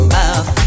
mouth